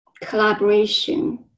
collaboration